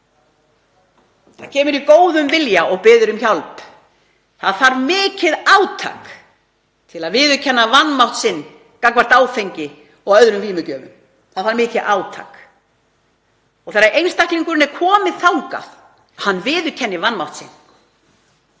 Það kemur í góðum vilja og biður um hjálp. Það þarf mikið átak til að viðurkenna vanmátt sinn gagnvart áfengi og öðrum vímugjöfum. Það þarf mikið átak þegar einstaklingurinn er kominn þangað, að viðurkenna vanmátt sinn,